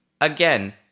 again